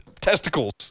testicles